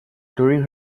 during